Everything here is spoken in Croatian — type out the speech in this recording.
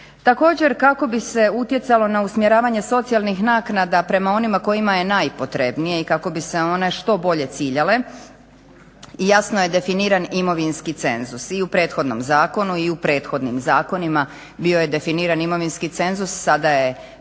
Također kako bi se utjecalo na usmjeravanje socijalnih naknada prema onima kojima je najpotrebnije i kako bi se one što bolje ciljale jasno je definiran imovinski cenzus i u prethodnom zakonu i u prethodnim zakonima bio je definiran imovinski cenzus. Sada je donekle